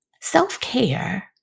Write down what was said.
Self-care